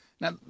now